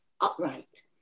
upright